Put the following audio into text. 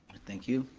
thank you.